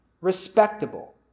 respectable